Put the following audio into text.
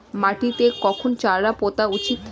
মাটিতে কখন চারা পোতা উচিৎ?